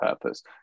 purpose